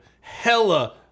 hella